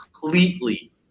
Completely –